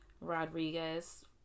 Rodriguez